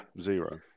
Zero